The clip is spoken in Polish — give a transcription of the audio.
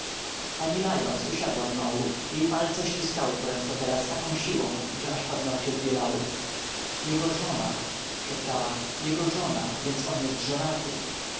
pani lyons usiadła znowu jej palce ściskały poręcz fotela z taką siłą że aż paznogcie zbielały jego żona szeptała jego żona więc on jest żonaty